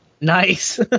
Nice